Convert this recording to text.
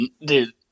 dude